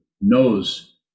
knows